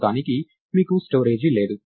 ప్రస్తుతానికి మీకు స్టోరేజ్ లేదు